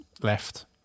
Left